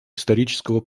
исторического